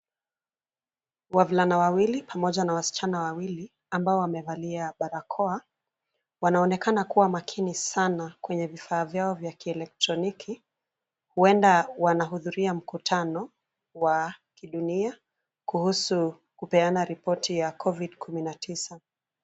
Wavulana wawili pamoja na wasichana wawili ambao wamevalia barakoa, wanaonekana kuwa makini sana kwenye vifaa vyao vya kielektroniki ,huenda wanahudhuria mkutano wa kidunia kuhusu kupeana ripoti ya COVID kumi na tisa.